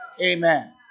Amen